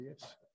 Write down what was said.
yes